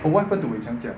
what happen to wei qiang 家